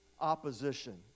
opposition